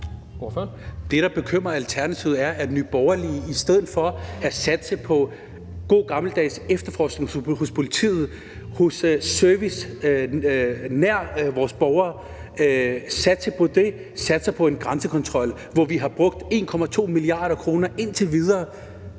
Det, der bekymrer Alternativet, er, at Nye Borgerlige i stedet for at satse på god gammeldags efterforskning hos politiet og service nær vores borgere satser på en grænsekontrol, som vi har brugt 1,2 mia. kr. på indtil videre.